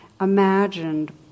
imagined